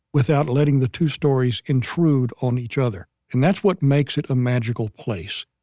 without letting the two stories intrude on each other. and that's what makes it a magical place.